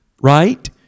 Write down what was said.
right